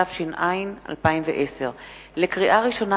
התש"ע 2010. לקריאה ראשונה,